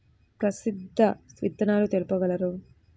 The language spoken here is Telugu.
ప్రసిద్ధ విత్తనాలు తెలుపగలరు?